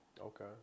Okay